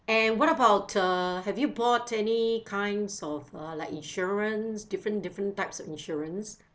and what about err have you bought any kinds of uh like insurance different different types of insurance